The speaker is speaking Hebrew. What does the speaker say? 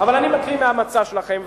אבל אני מקריא מהמצע שלכם,